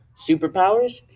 superpowers